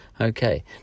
Okay